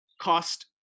cost